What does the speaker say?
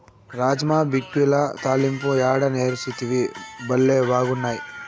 రాజ్మా బిక్యుల తాలింపు యాడ నేర్సితివి, బళ్లే బాగున్నాయి